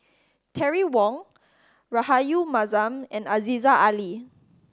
Terry Wong Rahayu Mahzam and Aziza Ali